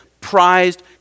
prized